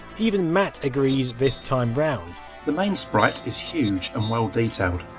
even matt agrees this time around the main sprite is huge and well detailed,